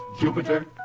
Jupiter